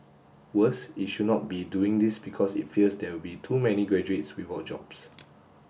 worse it should not be doing this because it fears there will be too many graduates without jobs